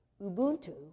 Ubuntu